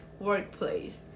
workplace